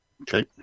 Okay